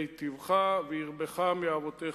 והיטיבך והרבך מאבותיך.